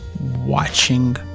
watching